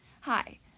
Hi